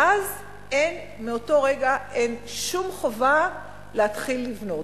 ואז, מאותו רגע אין שום חובה להתחיל לבנות.